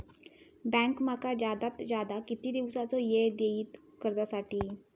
Bank माका जादात जादा किती दिवसाचो येळ देयीत कर्जासाठी?